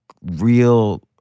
real